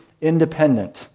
independent